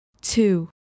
two